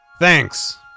Thanks